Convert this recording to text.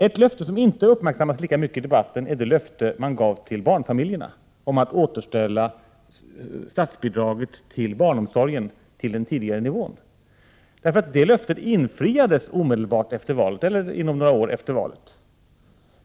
Ett löfte som inte uppmärksammats lika mycket i debatten är det löfte som man gav till barnfamiljerna om att återställa statsbidraget till barnomsorgen till den tidigare nivån. Det löftet infriades nämligen inom några år efter valet.